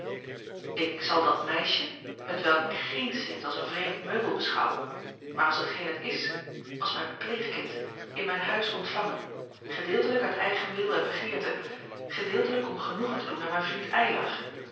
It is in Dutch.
ik zal dat meisje hetwelk ik geenszins als een vreemd meubel beschouw maar als hetgeen het is als mijn pleegkind in mijn huis ontvangen gedeeltelijk uit eigen wil en begeerte gedeeltelijk om genoegen te doen aan mijn vriend